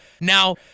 Now